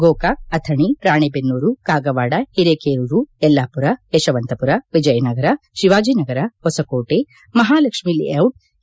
Gokak Athani Ranebennur Kagwad Hirekerur Yellapur Yeshwantpur Vijayanagar Shivajinagar Hoskote Mahalakshmi layout K